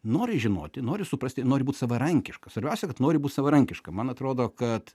nori žinoti nori suprasti nori būt savarankiška svarbiausia kad nori būt savarankiška man atrodo kad